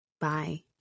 Bye